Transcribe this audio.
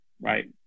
right